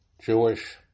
Jewish